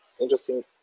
interesting